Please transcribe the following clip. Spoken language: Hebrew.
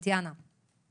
למשל של טטיאנה מזרסקי.